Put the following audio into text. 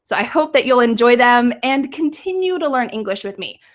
so i hope that you'll enjoy them and continue to learn english with me.